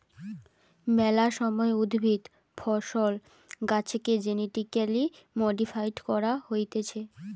মেলা সময় উদ্ভিদ, ফসল, গাছেকে জেনেটিক্যালি মডিফাইড করা হতিছে